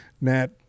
Nat